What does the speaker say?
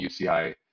UCI